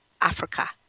Africa